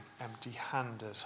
empty-handed